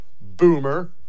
boomer